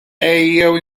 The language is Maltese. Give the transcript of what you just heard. ejjew